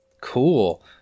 Cool